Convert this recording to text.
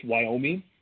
Wyoming